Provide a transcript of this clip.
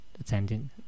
attending